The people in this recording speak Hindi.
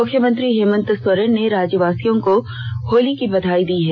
मुख्यमंत्री हेमंत सोरेन ने राज्यवासियों को होली की बधाई दी है